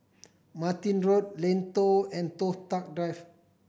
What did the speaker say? Martin Road Lentor and Toh Tuck Drive